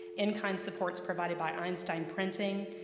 in-kind supports provided by einstein printing,